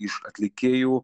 iš atlikėjų